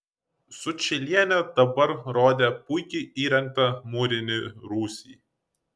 sučylienė dabar rodė puikiai įrengtą mūrinį rūsį